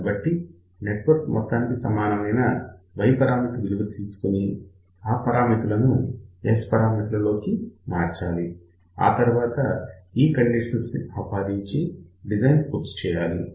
కాబట్టి నెట్వర్క్ మొత్తానికి సమానమైన Y పరామితి విలువ కనుగొని ఆ Y పరామితులని S పరామితులలోకి మార్చాలి ఆ తర్వాత ఈ కండిషన్స్ ని ఆపాదించి డిజైన్ పూర్తి చేయాలి